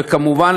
וכמובן,